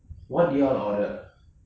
what did you all order